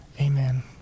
amen